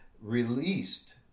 released